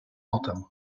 potem